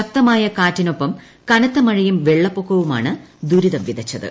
ശക്തമായ കാറ്റിനൊപ്പം കനത്ത മഴയും വെള്ളപ്പൊക്കവുമാണ് ദുരിതം വിതച്ചത്